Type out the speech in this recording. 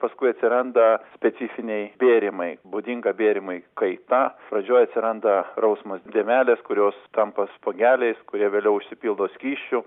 paskui atsiranda specifiniai bėrimai būdinga bėrimai kaita pradžioj atsiranda rausvos dėmelės kurios tampa spuogeliais kurie vėliau užsipildo skysčiu